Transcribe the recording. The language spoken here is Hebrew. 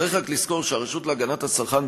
צריך רק לזכור שהרשות להגנת הצרכן,